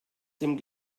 dem